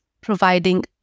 providing